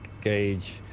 gauge